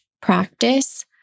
practice